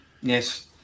yes